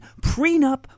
prenup